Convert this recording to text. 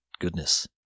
goodness